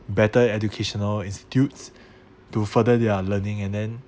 better educational institutes to further their learning and then